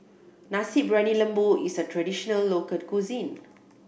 Nasi Briyani Lembu is a traditional local cuisine